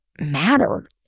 matter